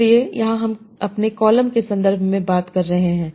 इसलिए यहां हम अपने कॉलम के संदर्भ में बात कर रहे हैं